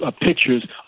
pictures